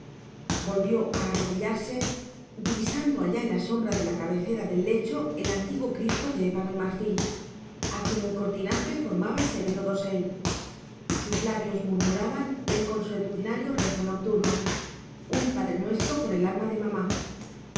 volvió a arrodillarse divisando allá en la sombra de la cabecera del lecho el antiguo cristo de ébano y marfil a quien el cortinaje formaba severo dosel sus labios murmuraban el consuetudinario rezo nocturno un padrenuestro por el alma de mamá